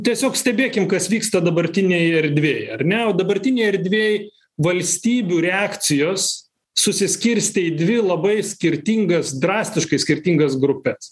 tiesiog stebėkim kas vyksta dabartinėj erdvėj ar ne o dabartinėj erdvėj valstybių reakcijos susiskirstė į dvi labai skirtingas drastiškai skirtingas grupes